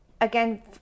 Again